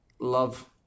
love